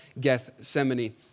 Gethsemane